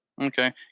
Okay